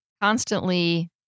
constantly